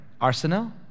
arsenal